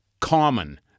common